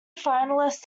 finalist